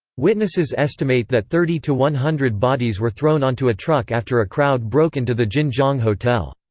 witnesses estimate that thirty to one hundred bodies were thrown onto a truck after a crowd broke into the jinjiang hotel.